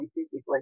physically